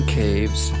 caves